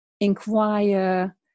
inquire